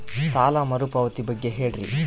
ಸಾಲ ಮರುಪಾವತಿ ಬಗ್ಗೆ ಹೇಳ್ರಿ?